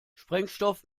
sprengstoff